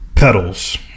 petals